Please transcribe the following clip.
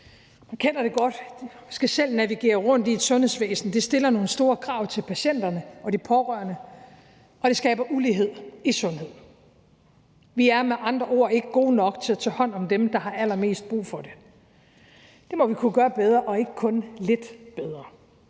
kender det godt – de skal selv navigere rundt i sundhedsvæsenet. Det stiller nogle store krav til patienterne og de pårørende, og det skaber ulighed i sundhed. Vi er med andre ord ikke gode nok til at tage hånd om dem, der har allermest brug for det. Det må vi kunne gøre bedre og ikke kun lidt bedre.